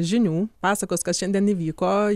žinių pasakos kas šiandien įvyko